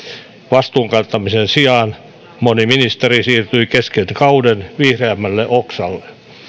vastuunkantamisen sijaan moni ministeri siirtyi kesken kauden vihreämmälle oksalle